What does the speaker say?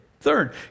Third